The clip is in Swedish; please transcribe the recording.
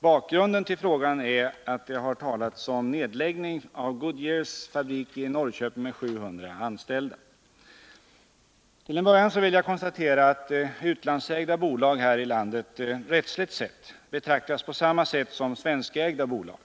Bakgrunden till frågan är att det har talats om nedläggning av Goodyears fabrik i Norrköping med 700 anställda. Till en början vill jag konstatera att utlandsägda bolag här i landet rättsligt sett betraktas på samma sätt som svenskägda bolag.